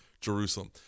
Jerusalem